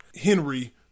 Henry